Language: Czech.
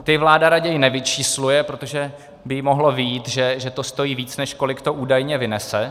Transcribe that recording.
Ty vláda raději nevyčísluje, protože by jí mohlo vyjít, že to stojí víc, než kolik to údajně vynese.